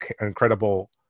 incredible